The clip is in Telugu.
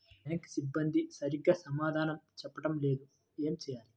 బ్యాంక్ సిబ్బంది సరిగ్గా సమాధానం చెప్పటం లేదు ఏం చెయ్యాలి?